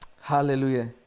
Hallelujah